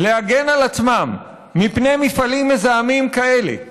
להגן על עצמם מפני מפעלים מזהמים כאלה,